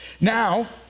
Now